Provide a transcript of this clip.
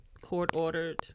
court-ordered